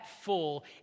full